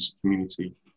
community